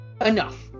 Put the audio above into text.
Enough